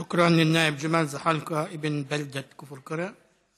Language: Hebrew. שוכרן, א-נאאב ג'מאל זחאלקה, אבן בלדת כפר קרע.